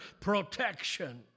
protection